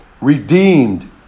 Redeemed